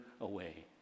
away